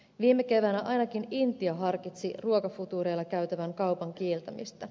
viime keväänä ainakin intia harkitsi ruokafutuureilla käytävän kaupan kieltämistä